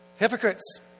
Hypocrites